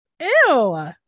Ew